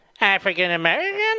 african-american